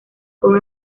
con